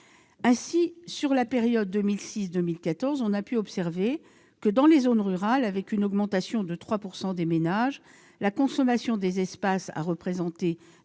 Ainsi, sur la période 2006-2014, on a pu observer que dans les zones rurales, avec une augmentation de 3 % des ménages, la consommation des espaces a représenté